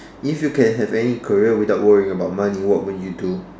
if you can have any career without worrying about money what would you do